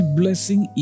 blessing